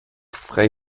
frei